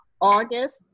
August